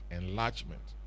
enlargement